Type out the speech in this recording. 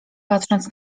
patrząc